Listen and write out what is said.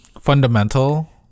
fundamental